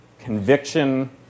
conviction